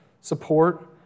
support